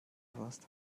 warst